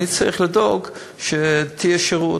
אני צריך לדאוג שיהיה שירות,